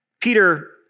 Peter